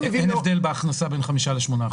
אין הבדל בהכנסה בין 5% ל-8%.